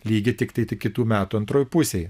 lygį tiktai tik kitų metų antroj pusėj